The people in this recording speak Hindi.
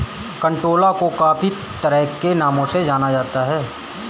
कंटोला को काफी तरह के नामों से जाना जाता है